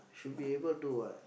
should be able to what